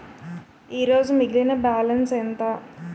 ఈరోజు మిగిలిన బ్యాలెన్స్ ఎంత?